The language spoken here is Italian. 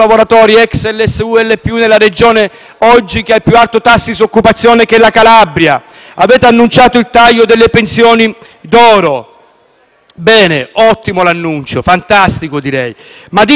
oggi con il più alto tasso di disoccupazione. Avete annunciato il taglio delle pensioni d'oro: bene, ottimo l'annuncio, fantastico direi, ma dite agli italiani che le pensioni d'oro sono poche